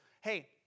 hey